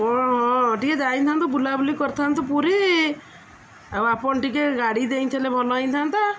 ଓଁ ହଁ ଟିକେ ଯାଇଥାନ୍ତୁ ବୁଲାବୁଲି କରିଥାନ୍ତୁ ପୁରୀ ଆଉ ଆପଣ ଟିକେ ଗାଡ଼ି ଦେଇଥିଲେ ଭଲ ହୋଇଥାନ୍ତା